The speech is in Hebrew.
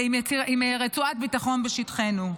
ועם רצועת ביטחון בשטחנו.